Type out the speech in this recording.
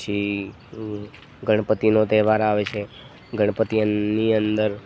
પછી ગણપતિનો તહેવાર આવે છે ગણપતિની અંદર